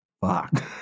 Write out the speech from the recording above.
Fuck